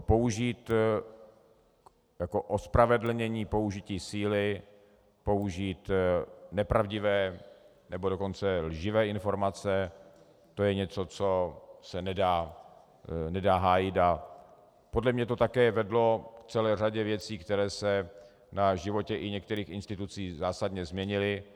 Použít jako ospravedlnění použití síly, použít nepravdivé, nebo dokonce lživé informace, to je něco, co se nedá hájit, a podle mne to také vedlo k celé řadě věcí, které se na životě i některých institucí zásadně změnily.